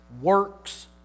works